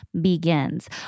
begins